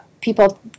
people